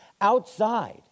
outside